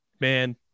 man